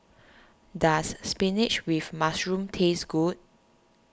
does Spinach with Mushroom taste good